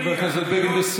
חבר הכנסת בגין,